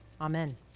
Amen